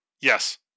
Yes